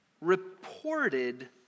reported